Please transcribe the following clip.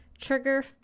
trigger